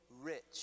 rich